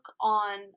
on